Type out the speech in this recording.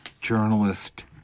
journalist